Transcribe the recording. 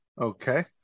Okay